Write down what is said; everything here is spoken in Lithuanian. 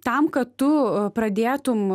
tam kad tu pradėtum